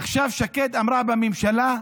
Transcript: עכשיו שקד אמרה בממשלה,